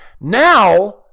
Now